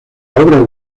obra